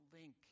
link